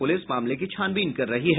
police मामले की छानबीन कर रही है